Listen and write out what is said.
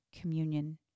communion